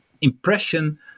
impression